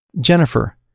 Jennifer